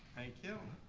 thank you.